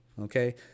Okay